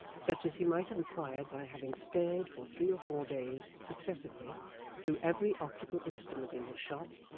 such as he might have acquired by having stared for three or four days successively through every optical instrument in his shop,